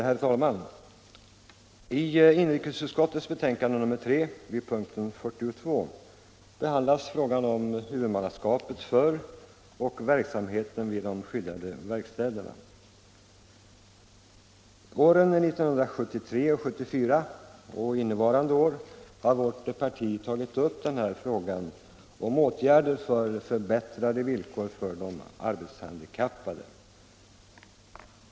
Herr talman! I inrikesutskottets betänkande nr 3 behandlas under punkten 42 frågan om huvudmannaskapet för och verksamheten vid skyddade verkstäder. Åren 1973 och 1974 samt innevarande år har vårt parti tagit upp frågan om åtgärder för förbättrade villkor för de arbetshandikappade.